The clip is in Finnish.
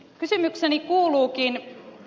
kysymykseni kuuluukin